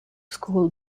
school